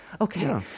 Okay